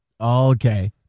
Okay